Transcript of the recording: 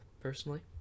personally